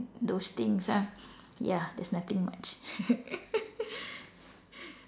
those things ah ya there's nothing much